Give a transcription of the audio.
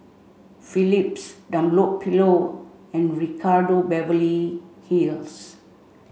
Phillips Dunlopillo and Ricardo Beverly Hills